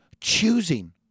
choosing